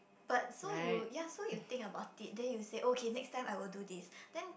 but so you ya so you think about it then you say okay next time I will do this then